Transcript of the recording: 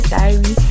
Diary